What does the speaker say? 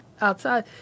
outside